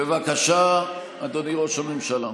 בבקשה, אדוני ראש הממשלה.